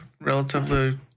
relatively